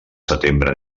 setembre